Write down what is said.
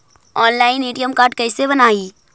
Online ATM card कैसे बनाई?